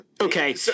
Okay